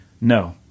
no